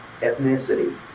ethnicity